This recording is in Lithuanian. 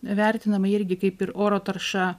vertinama irgi kaip ir oro tarša